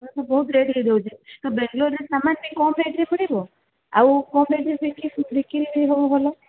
ବହୁତ ରେଟ୍ ହୋଇଯାଉଛି ତ ବେଙ୍ଗଲୋର୍ରେ ସାମାନ୍ ନେଇ କୋଉ ରେଟ୍ରେ ପଡ଼ିବ ଆଉ କୋଉ ରେଟ୍ରେ ବିକ୍ରୀ ବି ହେବ ଭଲ